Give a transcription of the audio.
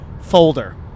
Folder